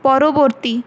পরবর্তী